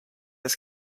this